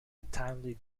untimely